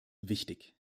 wichtig